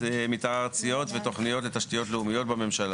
מתאר ארציות ותוכניות לתשתיות לאומיות בממשלה.